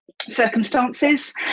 circumstances